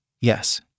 yes